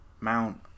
Mount